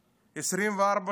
24 שעות